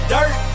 Dirt